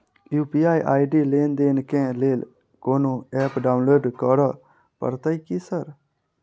UPI ID लेनदेन केँ लेल कोनो ऐप डाउनलोड करऽ पड़तय की सर?